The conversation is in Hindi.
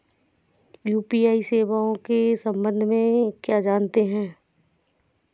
यू.पी.आई सेवाओं के संबंध में क्या जानते हैं?